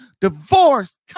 divorce